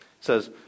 says